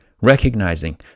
recognizing